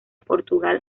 portugal